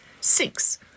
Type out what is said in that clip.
Six